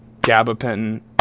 gabapentin